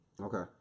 okay